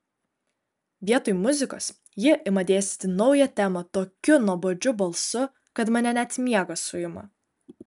vietoj muzikos ji ima dėstyti naują temą tokiu nuobodžiu balsu kad mane net miegas suima